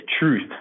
truth